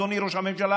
אדוני ראש הממשלה,